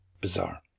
Bizarre